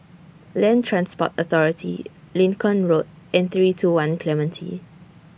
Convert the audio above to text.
Land Transport Authority Lincoln Road and three two one Clementi